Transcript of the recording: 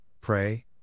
pray